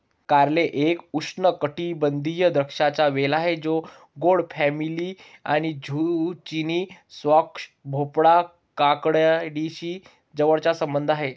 कारले एक उष्णकटिबंधीय द्राक्षांचा वेल आहे जो गोड फॅमिली आणि झुचिनी, स्क्वॅश, भोपळा, काकडीशी जवळचा संबंध आहे